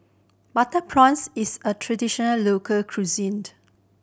butter prawns is a traditional local cuisine